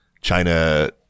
China